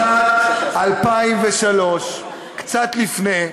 בשנת 2003, קצת לפני,